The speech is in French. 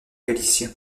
galicien